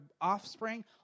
offspring